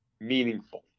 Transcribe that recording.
meaningful